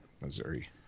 Missouri